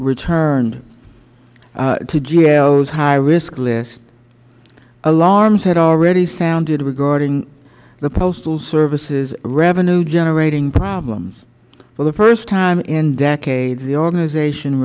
returned to gao's high risk list alarms had already sounded regarding the postal service's revenue generating problems for the first time in decades the organization